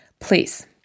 please